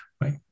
right